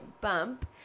bump